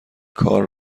کار